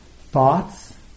thoughts